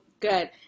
Good